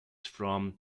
from